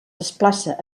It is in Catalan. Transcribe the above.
desplaça